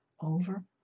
over